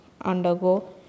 undergo